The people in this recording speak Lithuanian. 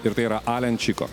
ir tai yra alenčiko